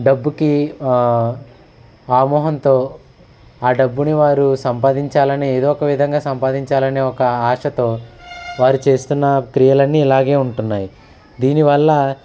డబ్బుకి ఆమోహంతో ఆ డబ్బుని వారు సంపాదించాలని ఏదో ఒక విధంగా సంపాదించాలని ఒక ఆశతో వారు చేస్తున్న క్రియలన్ని ఇలాగే ఉంటున్నాయి దీనివల్ల